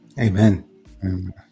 Amen